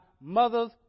mother's